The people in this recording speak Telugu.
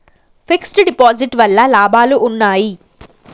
ఫిక్స్ డ్ డిపాజిట్ వల్ల లాభాలు ఉన్నాయి?